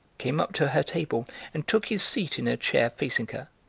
came up to her table and took his seat in a chair facing her.